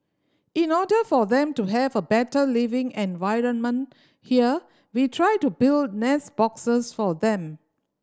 in order for them to have a better living environment here we try to build nest boxes for them